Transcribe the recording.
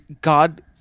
God